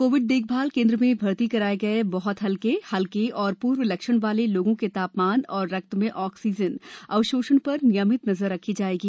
Covid देखभाल केंद्र में भर्ती कराए गए बहत हल्के हल्के और पूर्व लक्षण वाले लोगों के तापमान और रक्त में ऑक्सीजन अवशोषण पर नियमित नजर रखी जाएगी